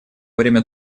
время